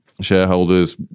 shareholders